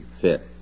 fit